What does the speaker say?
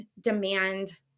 demand